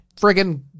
friggin